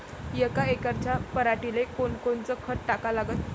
यका एकराच्या पराटीले कोनकोनचं खत टाका लागन?